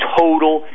total